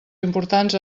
importants